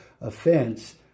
offense